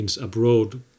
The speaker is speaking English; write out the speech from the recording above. abroad